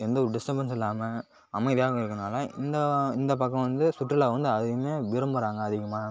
எந்தவொரு டிஸ்டபன்சும் இல்லாமல் அமைதியாகவும் இருக்கிறதுனால இந்த இந்த பக்கம் வந்து சுற்றுலா வந்து அதிகம் பேர் விரும்புகிறாங்க அதிகமாக